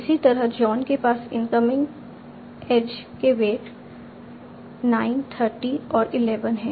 इसी तरह जॉन के पास इनकमिंग एज के वेट 9 30 और 11 है